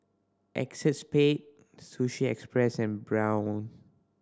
Acexspade Sushi Express and Braun